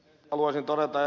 haluaisin todeta ed